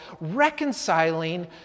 reconciling